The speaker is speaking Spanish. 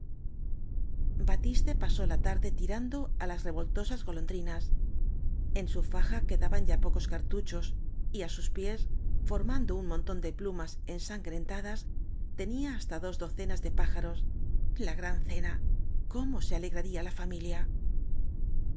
batiste pasó la tarde tirando á las revolto sas golondrinas en su faja quedaban ya pocos cartuchos y á sus pies formando un montón de plumas ensangrentadas tenía hasta dos do cenas de pájaros la gran cena cómo se alegraría la familia